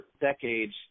decades